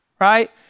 right